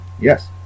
yes